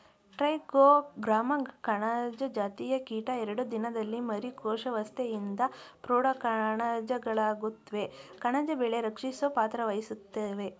trichogramma ಕಣಜ ಜಾತಿಯ ಕೀಟ ಎರಡು ದಿನದಲ್ಲಿ ಮರಿ ಕೋಶಾವಸ್ತೆಯಿಂದ ಪ್ರೌಢ ಕಣಜಗಳಾಗುತ್ವೆ ಕಣಜ ಬೆಳೆ ರಕ್ಷಿಸೊ ಪಾತ್ರವಹಿಸ್ತವೇ